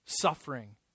Suffering